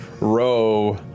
row